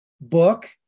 book